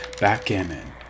Backgammon